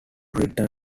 return